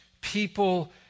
people